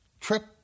trip